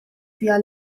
fiha